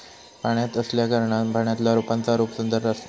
पाण्यात असल्याकारणान पाण्यातल्या रोपांचा रूप सुंदर असता